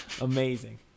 amazing